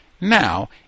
Now